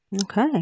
Okay